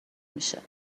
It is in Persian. میشه